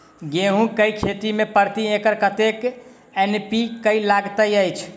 गेंहूँ केँ खेती मे प्रति एकड़ कतेक एन.पी.के लागैत अछि?